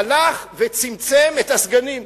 הלך וצמצם את מספר הסגנים,